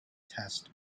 test